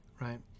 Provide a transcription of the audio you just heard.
right